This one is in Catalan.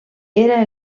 era